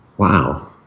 wow